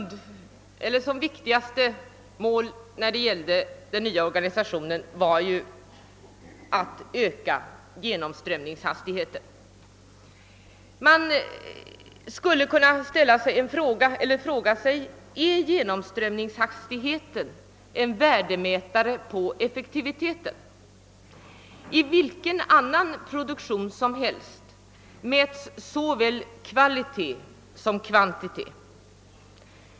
Det viktigaste målet med den nya organisationen är att öka genomströmningshastigheten. Man skulle kunna fråga sig: Är genomströmningshastigheten en värdemätare på effektiviteten? Vid vilken annan produktion som helst mäts såväl kvalitet som kvantitet.